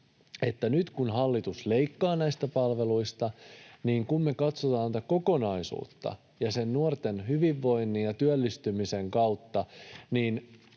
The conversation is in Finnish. että nyt kun hallitus leikkaa näistä palveluista, niin kun me katsotaan tätä kokonaisuutta nuorten hyvinvoinnin ja työllistymisen kautta,